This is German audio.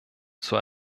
zur